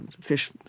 fish